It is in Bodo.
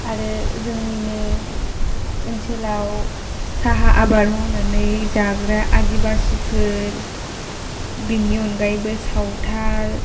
आरो जोंनिनो ओनसोलाव साहा आबाद मावनानै जाग्रा आदिबासिफोर बेनि अनगायैबो सावथाल